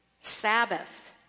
Sabbath